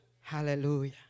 Hallelujah